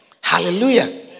Hallelujah